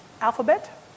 alphabet